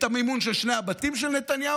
את המימון של שני הבתים של נתניהו,